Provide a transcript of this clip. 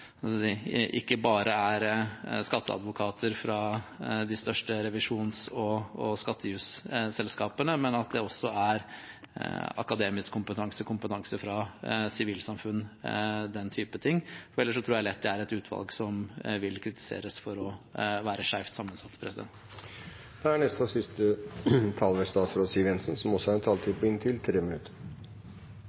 ikke bare er skatteadvokater fra de største revisjons- og skattejusselskapene, men at det også er akademisk kompetanse, kompetanse fra sivilsamfunn, den type ting. Ellers tror jeg lett det er et utvalg som vil kritiseres for å være skjevt sammensatt. Takk for debatten. Jeg har egentlig bare behov for å kommentere én ting, og det er innlegget til representanten Serigstad Valen, hvor regjeringen ble beskyldt for å ha en